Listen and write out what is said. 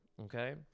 okay